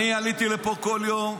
אני עליתי לפה כמעט כל יום.